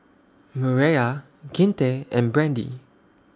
Mireya Kinte and Brandy